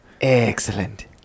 Excellent